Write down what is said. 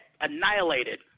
annihilated